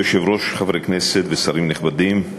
אדוני היושב-ראש, חברי כנסת ושרים נכבדים,